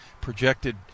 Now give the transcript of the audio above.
projected